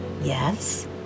Yes